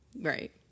Right